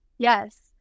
Yes